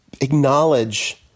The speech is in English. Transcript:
acknowledge